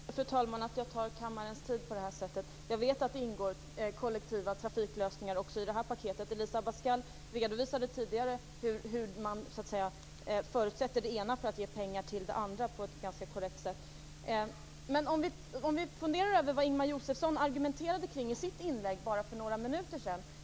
Fru talman! Ursäkta att jag tar kammarens tid. Jag vet att det ingår kollektiva trafiklösningar också i det här paketet. Elisa Abascal Reyes redovisade tidigare på ett ganska korrekt sätt hur man förutsätter det ena för att ge pengar till det andra. Låt oss fundera över vad Ingemar Josefsson argumenterade kring i sitt inlägg för bara några minuter sedan.